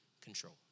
control